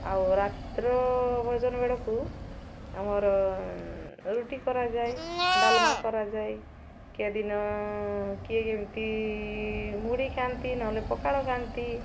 ଆଉ ରାତ୍ର ଭୋଜନ ବେଳକୁ ଆମର ରୁଟି କରାଯାଏ ଡାଲମା କରାଯାଏ କିଏ ଦିନ କିଏ କେମିତି ମୁଢ଼ି ଖାଆନ୍ତି ନହେଲେ ପଖାଳ ଖାଆନ୍ତି